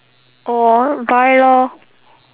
orh buy lor